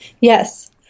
Yes